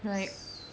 right